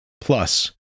plus